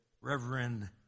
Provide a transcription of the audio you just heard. Reverend